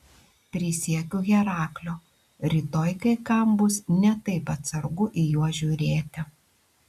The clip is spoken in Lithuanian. prisiekiu herakliu rytoj kai kam bus ne taip atsargu į juos žiūrėti